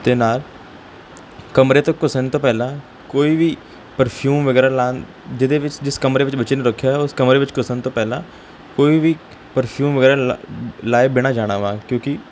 ਅਤੇ ਨਾਲ ਕਮਰੇ ਤੱਕ ਘੁਸਨ ਤੋਂ ਪਹਿਲਾਂ ਕੋਈ ਵੀ ਪਰਫਿਊਮ ਵਗੈਰਾ ਲਾ ਜਿਹਦੇ ਵਿੱਚ ਜਿਸ ਕਮਰੇ ਵਿੱਚ ਬੱਚੇ ਨੂੰ ਰੱਖਿਆ ਹੋਇਆ ਹੈ ਉਸ ਕਮਰੇ ਵਿੱਚ ਘੁਸਨ ਤੋਂ ਪਹਿਲਾਂ ਕੋਈ ਵੀ ਪਰਫਿਊਮ ਵਗੈਰਾ ਲ ਲਾਏ ਬਿਨਾਂ ਜਾਣਾ ਵਾ ਕਿਉਂਕਿ